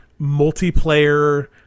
multiplayer